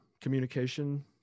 communication